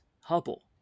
Hubble